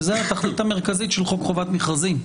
וזאת התכלית המרכזית של חוק חובת מכרזים.